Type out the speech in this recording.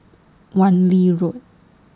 Wan Lee Road